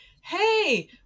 hey